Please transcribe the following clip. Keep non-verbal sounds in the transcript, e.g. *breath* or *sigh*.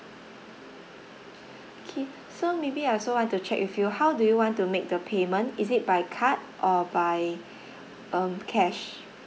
*breath* K so maybe I also want to check with you how do you want to make the payment is it by card or by *breath* um cash